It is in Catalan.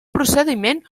procediment